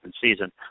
season